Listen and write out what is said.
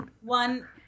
One